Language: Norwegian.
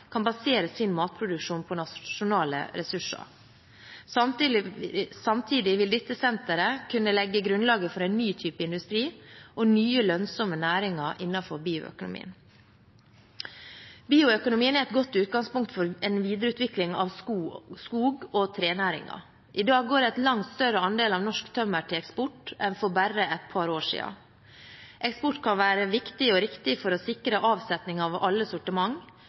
kan basere sin matproduksjon på nasjonale ressurser. Samtidig vil dette senteret kunne legge grunnlaget for en ny type industri og nye lønnsomme næringer innenfor bioøkonomien. Bioøkonomien er et godt utgangspunkt for en videreutvikling av skog- og trenæringen. I dag går en langt større andel av norsk tømmer til eksport enn for bare et par år siden. Eksport kan være viktig og riktig for å sikre avsetning av alle sortiment,